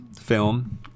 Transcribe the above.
film